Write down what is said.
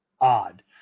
odd